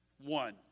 one